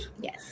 Yes